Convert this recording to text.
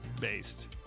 based